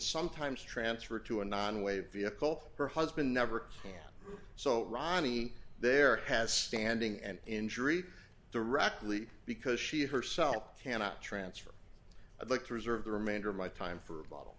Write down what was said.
sometimes transfer to a non wave vehicle her husband never can so ronnie there has standing and injury the rakli because she herself cannot transfer i'd like to reserve the remainder of my time for a bottle